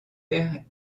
airs